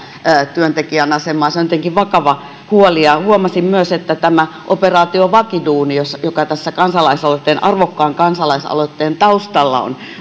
työntekijän asemaa se on tietenkin vakava huoli huomasin myös että tämä operaatio vakiduuni joka tässä arvokkaan kansalaisaloitteen taustalla